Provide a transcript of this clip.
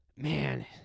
Man